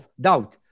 doubt